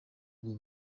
ubwo